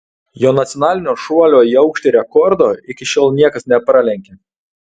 jo nacionalinio šuolio į aukštį rekordo iki šiol niekas nepralenkė